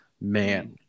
Man